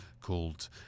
called